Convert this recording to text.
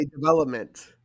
Development